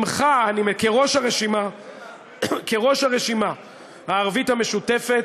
ממך, כראש הרשימה הערבית המשותפת,